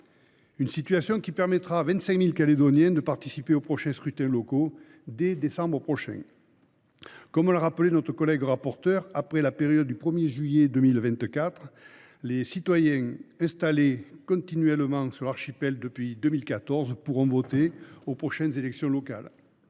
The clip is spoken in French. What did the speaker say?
Cette situation permettra à 25 000 Calédoniens de participer aux prochains scrutins locaux dès le mois de décembre prochain. Comme l’a rappelé le rapporteur, après la période du 1 juillet 2024, les citoyens installés continuellement sur l’archipel depuis 2014 pourront voter aux prochaines élections locales.